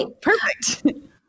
Perfect